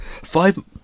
five